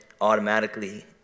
automatically